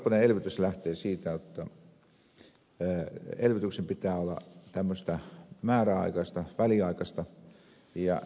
eurooppalainen elvytyshän lähtee siitä jotta elvytyksen pitää olla määräaikaista väliaikaista ja täsmäkohdennettua